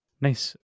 nice